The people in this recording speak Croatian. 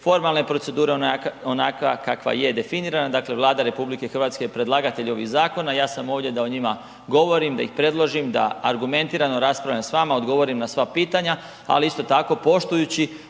formalne procedure onakva kakva je definirana, dakle Vlada RH je predlagatelj ovih zakona, ja sam ovdje da o njima govorim, da ih predložim, da argumentirano raspravljam s vama, odgovorim na sva pitanja, ali isto tako poštujući